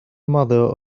mother